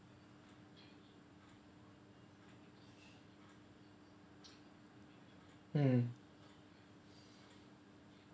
mm